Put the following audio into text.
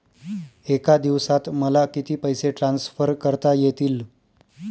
एका दिवसात मला किती पैसे ट्रान्सफर करता येतील?